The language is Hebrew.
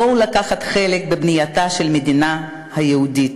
בואו לקחת חלק בבנייתה של המדינה היהודית,